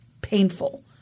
painful